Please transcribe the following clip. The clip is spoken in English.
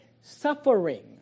suffering